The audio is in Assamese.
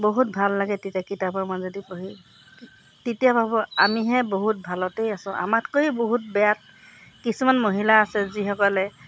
বহুত ভাল লাগে তেতিয়া কিতাপৰ মাজেদি পঢ়ি তেতিয়া ভাবোঁ আমিহে বহুত ভালতেই আছোঁ আমাতকৈ বহুত বেয়া কিছুমান মহিলা আছে যিসকলে